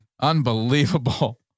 Unbelievable